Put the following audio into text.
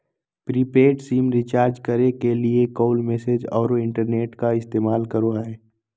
prepaid SIM recharge करे के लिए कॉल, मैसेज औरो इंटरनेट का इस्तेमाल करो हइ